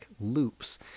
loops